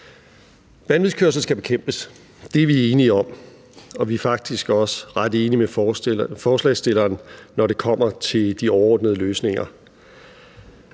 Vanvidskørsel skal bekæmpes, det er vi enige om, og vi er faktisk også ret enige med forslagsstillerne, når det kommer til de overordnede løsninger.